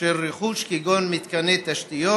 של רכוש, כגון מתקני תשתיות,